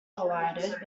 collided